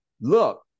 look